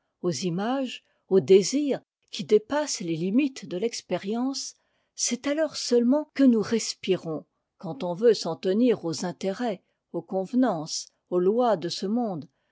aux images aux désirs qui dépassent les limites de l'expérience c'est alors seulement que nous respirons quand on veut s'en tenir aux intérêts aux convenances aux lois de ce monde